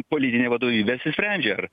politinė vadovybė apsisprendžia ar